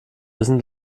wissen